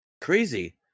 Crazy